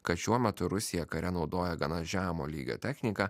kad šiuo metu rusija kare naudoja gana žemo lygio techniką